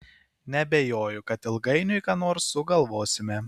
neabejoju kad ilgainiui ką nors sugalvosime